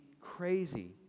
crazy